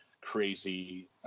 crazy